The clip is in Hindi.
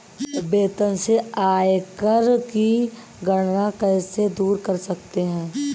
वेतन से आयकर की गणना कैसे दूर कर सकते है?